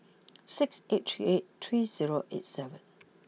six eight three eight three zero eight seven